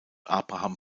abraham